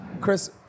Chris